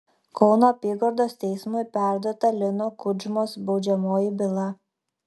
kauno apygardos teismui perduota lino kudžmos baudžiamoji byla